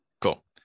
cool